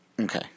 Okay